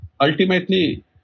ultimately